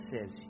says